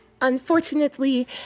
unfortunately